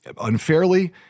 unfairly